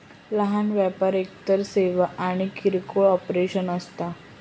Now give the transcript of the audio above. लहान व्यवसाय एकतर सेवा किंवा किरकोळ ऑपरेशन्स असता